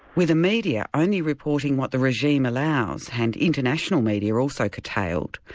with the media only reporting what the regime allows and international media also curtailed,